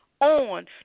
on